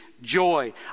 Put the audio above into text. Joy